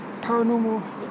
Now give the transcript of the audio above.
paranormal